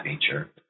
nature